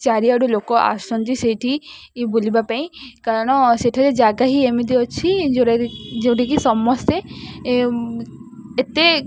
ଚାରିଆଡ଼ୁ ଲୋକ ଆସନ୍ତି ସେଇଠି ବୁଲିବା ପାଇଁ କାରଣ ସେଠାରେ ଜାଗା ହିଁ ଏମିତି ଅଛି ଯେଉଁଟା ଯେଉଁଠିକି ସମସ୍ତେ ଏତେ